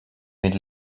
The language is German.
mit